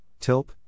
Tilp